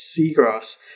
seagrass